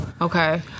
Okay